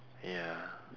ya